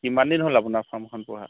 কিমান দিন হ'ল আপোনাৰ ফাৰ্মখন পোহা